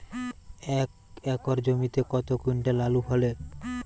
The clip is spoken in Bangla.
এক একর জমিতে কত কুইন্টাল আলু ফলে?